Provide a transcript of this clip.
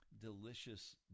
delicious